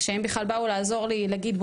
שהם בכלל באו לעזור לי להגיד,